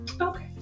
Okay